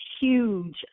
huge